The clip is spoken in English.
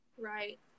Right